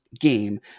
game